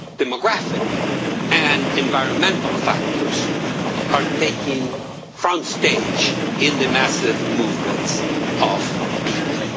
demographic and environmental factors are taking front stage in the massive movements of people.